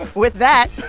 with that.